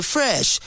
Fresh